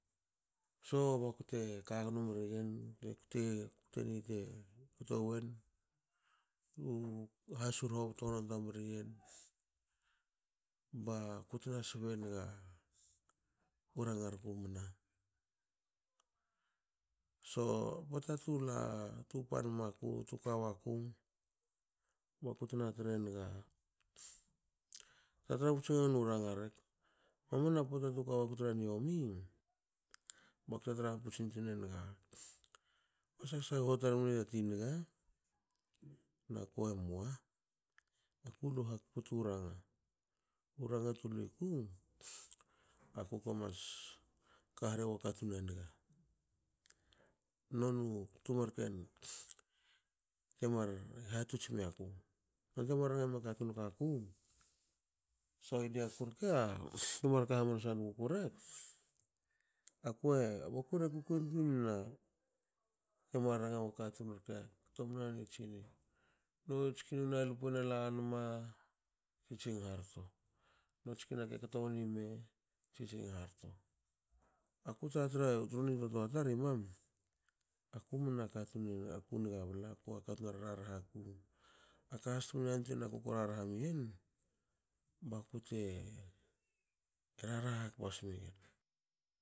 So bakute kagno mregen bakute ktenigi ti ktowen ku hasur hobtontoa gnomriyen bakutna sbenga u ranga rku mna. So pota tula tu pan maku tuka waku bakutna tren gu tratra putsengi noniu raranga rek mamana pota tuka waku tra niomi baku tna tratra putse nigi u sag sagoho tar mne tati nga. Naku emoa aku lu hakpu twu ranga. ranga tu luiku aku ko mas ka rehe wa katun a niga noni u marken timar hatots miaku temar ranga mia katun rke aku. so iniaku rke temar ka hamansa wonguku rek akue bakure kukuin tuin na temar ranga wa katun rke ktomna noni e tsini notskin u nalpu ena lanma tsitsing harto notskin ake tko wnime tsitsing harto. Aku tratra tru nitotoa tar imam aku mna katun aku niga bla akua katun a rarraha ku. Aka hsa temne kuko rarha miyen bakute rarha hakpa smegen.